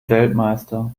weltmeister